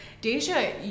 Deja